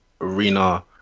arena